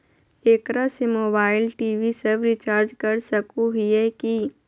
एकरा से mobile TV सब रिचार्ज कर सको हियै की?